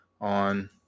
on